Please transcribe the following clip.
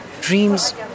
dreams